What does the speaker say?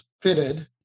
fitted